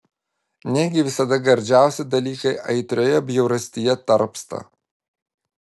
negi visada gardžiausi dalykai aitrioje bjaurastyje tarpsta